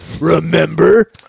remember